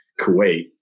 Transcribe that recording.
Kuwait